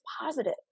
positive